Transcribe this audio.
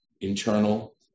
internal